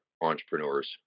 entrepreneurs